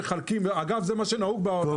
אגב, זה מה שנהוג בעולם.